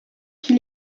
qui